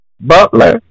Butler